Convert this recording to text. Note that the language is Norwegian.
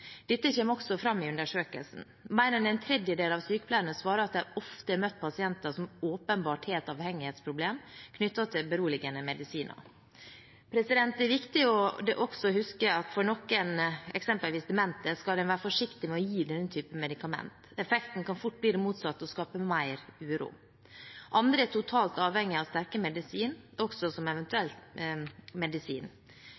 Dette kommer også fram i undersøkelsen. Mer enn en tredjedel av sykepleierne svarer at de ofte har møtt pasienter som åpenbart har et avhengighetsproblem knyttet til beroligende medisiner. Det er også viktig å huske at for noen, eksempelvis demente, skal man være forsiktig med å gi denne typen medikamenter. Effekten kan fort blir det motsatte og kan skape mer uro. Andre er totalt avhengig av sterke medisiner, også som